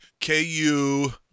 KU